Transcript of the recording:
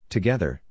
Together